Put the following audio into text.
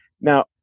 Now